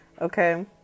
okay